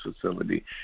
facility